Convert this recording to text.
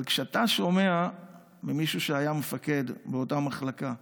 אבל כשאתה שומע ממישהו שהיה מפקד באותה מחלקה: